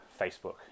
Facebook